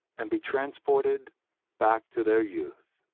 and be transported back to their youth.